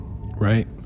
Right